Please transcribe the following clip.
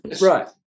right